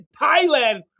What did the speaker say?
Thailand